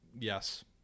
yes